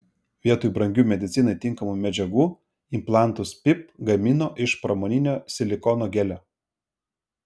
vietoj brangių medicinai tinkamų medžiagų implantus pip gamino iš pramoninio silikono gelio